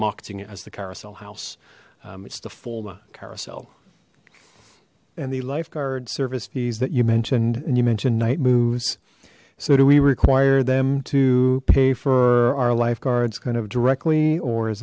marketing it as the carousel house it's the former carousel and the life guards service fees that you mentioned and you mentioned night moves so do we require them to pay for our lifeguards kind of directly or is